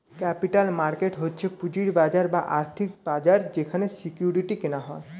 capital market হচ্ছে পুঁজির বাজার বা আর্থিক বাজার যেখানে সিকিউরিটি কেনা হয়